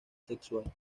sexual